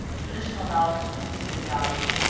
traditional knowledge needs to be valued.